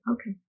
Okay